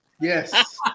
Yes